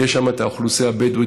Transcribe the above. יש שם את האוכלוסייה הבדואית,